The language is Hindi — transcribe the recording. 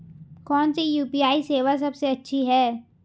कौन सी यू.पी.आई सेवा सबसे अच्छी है?